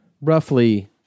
roughly